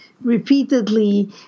repeatedly